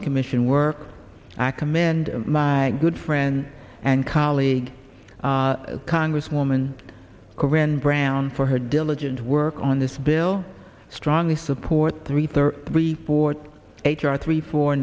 the commission work act command my good friend and colleague congresswoman corrine brown for her diligent work on this bill strongly support three thirty three four h r three four